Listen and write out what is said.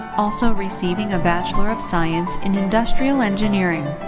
also receiving a bachelor of science in industrial engineering.